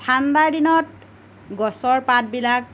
ঠাণ্ডাৰ দিনত গছৰ পাতবিলাক